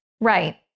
Right